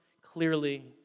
Clearly